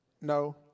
No